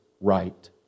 right